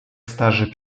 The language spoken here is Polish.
starzy